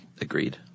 Agreed